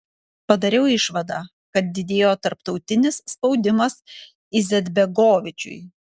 padariau išvadą kad didėjo tarptautinis spaudimas izetbegovičiui